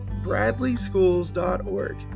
bradleyschools.org